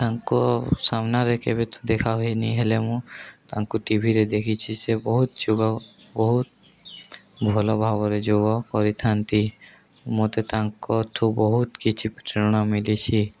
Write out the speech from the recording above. ତାଙ୍କ ସାମ୍ନାରେ କେବେ ତ ଦେଖା ହୋଇନି ହେଲେ ମୁଁ ତାଙ୍କୁ ଟିଭିରେ ଦେଖିଛି ସେ ବହୁତ ଯୋଗ ବହୁତ ଭଲ ଭାବରେ ଯୋଗ କରିଥାନ୍ତି ମୋତେ ତାଙ୍କ ଠୁ ବହୁତ କିଛି ପ୍ରେରଣା ମିଳିଛି